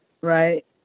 right